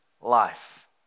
life